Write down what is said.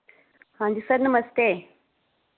हांजी सर नमस्ते